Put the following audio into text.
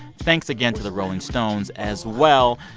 thanks again to the rolling stones, as well.